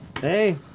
Hey